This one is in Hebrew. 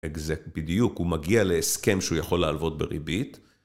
בדיוק הוא מגיע להסכם שהוא יכול להלוות בריבית